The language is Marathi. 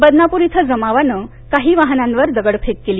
बदनापूर इथं जमावानं काही वाहनांवर दगडफेक केली